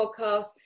podcast